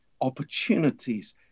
opportunities